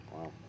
Wow